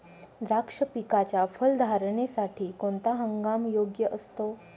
द्राक्ष पिकाच्या फलधारणेसाठी कोणता हंगाम योग्य असतो?